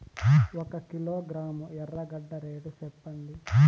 ఒక కిలోగ్రాము ఎర్రగడ్డ రేటు సెప్పండి?